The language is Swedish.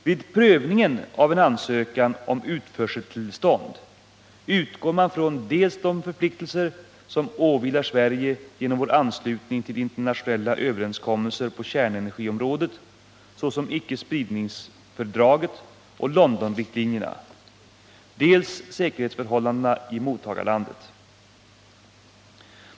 Vid prövning av en ansökan om utförseltillstånd utgår man från dels de förpliktelser som åvilar Sverige genom vår anslutning till internationella överenskommelser på kärnenergiområdet, såsom icke-spridningsfördraget och Londonriktlinjerna, dels säkerhetsförhållandena i mottagarlandet.